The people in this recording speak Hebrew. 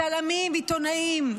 צלמים ועיתונאים,